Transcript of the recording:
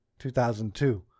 2002